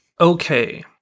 Okay